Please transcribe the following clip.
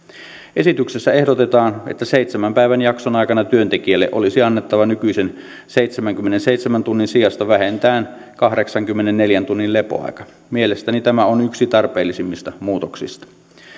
esityksessä ehdotetaan että seitsemän päivän jakson aikana työntekijälle olisi annettava nykyisen seitsemänkymmenenseitsemän tunnin sijasta vähintään kahdeksankymmenenneljän tunnin lepoaika mielestäni tämä on yksi tarpeellisimmista muutoksista